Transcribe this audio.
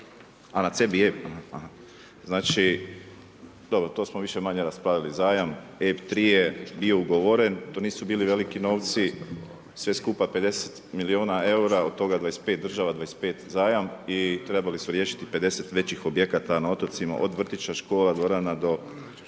A na CBM, aha. Znači, to smo više-manje raspravljali zajam, EB3 je bio ugovoren, to nisu bili veliki novci, sve skupa 50 milijuna eura, od toga 25 država, 25 zajam i trebali su riješiti 50 većih objekata na otocima, od vrtića, škola, dvorana, do